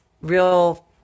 real